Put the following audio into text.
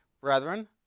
Brethren